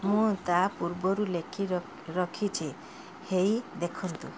ମୁଁ ତା' ପୂର୍ବରୁ ଲେଖି ରଖିଛି ହେଇ ଦେଖନ୍ତୁ